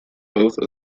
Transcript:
both